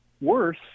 Worse